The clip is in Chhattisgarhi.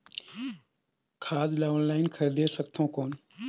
खाद ला ऑनलाइन खरीदे सकथव कौन?